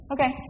Okay